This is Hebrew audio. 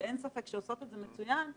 שאין ספק שעושות את זה מצוין,